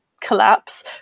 collapse